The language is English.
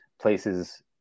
places